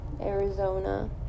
Arizona